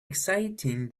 exciting